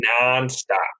non-stop